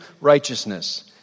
righteousness